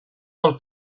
pel